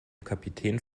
kapitän